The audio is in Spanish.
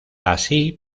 así